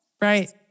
Right